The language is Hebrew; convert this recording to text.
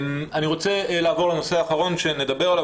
אני רוצה לעבור לנושא האחרון שנדבר עליו,